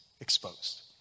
exposed